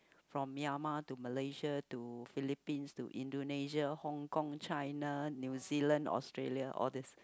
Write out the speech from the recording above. from Myanmar to Malaysia to Philippine to Indonesia Hong Kong China New Zealand Australia all these